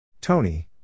Tony